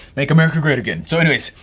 make america great again. so anyways,